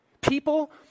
people